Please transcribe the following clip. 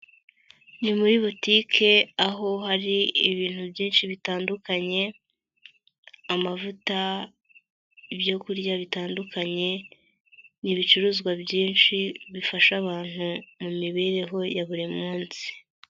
Ni muri butike, aho hari ibintu byinshi bitandukanye amavuta, ibyo kurya bitandukanye, ni ibicuruzwa byinshi bifasha abantu mu mibereho ya buri munsi.